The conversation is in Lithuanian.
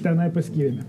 tenai paskyrėme